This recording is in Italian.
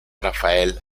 rafael